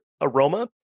Aroma